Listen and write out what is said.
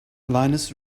lioness